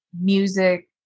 music